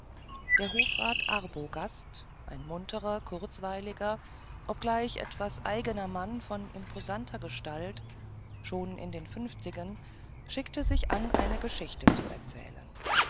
der hofrat arbogast ein munterer kurzweiliger obgleich etwas eigener mann von imposanter gestalt schon in den fünfzigen schickte sich an eine geschichte zu erzählen